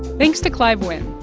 thanks to clive wynne.